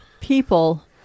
people